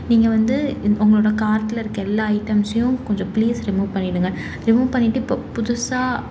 நீங்கள் வந்து உங்களோடய கார்ட்டில் இருக்கற எல்லா ஐட்டம்ஸையும் கொஞ்சம் ப்ளீஸ் ரிமூவ் பண்ணிவிடுங்க ரிமூவ் பண்ணிவிட்டு இப்போது புதுசாக